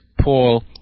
Paul